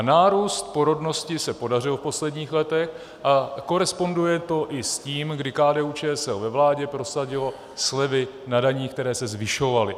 Nárůst porodnosti se podařil v posledních letech a koresponduje to i s tím, kdy KDUČSL ve vládě prosadilo slevy na daních, které se zvyšovaly.